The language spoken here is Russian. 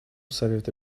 совета